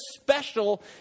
special